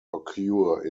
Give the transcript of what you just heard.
occur